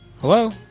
Hello